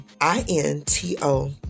I-N-T-O